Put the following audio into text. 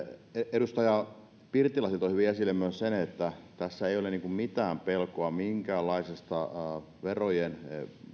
edustaja pirttilahti toi hyvin esille myös sen että tässä ei ole mitään pelkoa minkäänlaisesta verojen